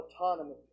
autonomy